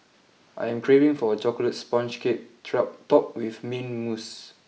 I am craving for a chocolate sponge cake top with mint mousse